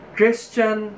Christian